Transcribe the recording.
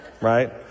Right